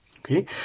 Okay